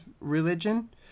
religion